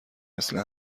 مثل